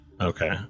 Okay